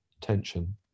tension